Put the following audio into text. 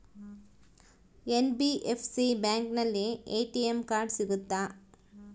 NBFC ಬ್ಯಾಂಕಿನಲ್ಲಿ ATM card ಸಿಗುತ್ತಾ?